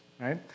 right